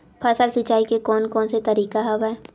फसल सिंचाई के कोन कोन से तरीका हवय?